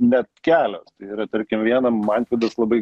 net kelios tai yra tarkim viena mantvidas labai